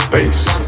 Face